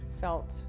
felt